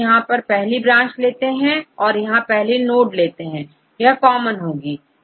यहां हम पहली ब्रांच लेते हैं और पहली नोड लेते हैं यह कॉमन होगी